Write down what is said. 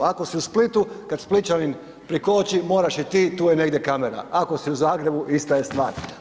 Ako su i Splitu, kad Splićanin prikoči, moraš i ti, tu je negdje kamera, ako si u Zagrebu, ista je stvar.